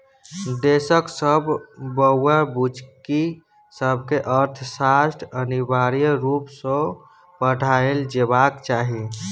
देशक सब बौआ बुच्ची सबकेँ अर्थशास्त्र अनिवार्य रुप सँ पढ़ाएल जेबाक चाही